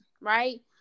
Right